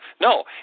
no